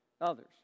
others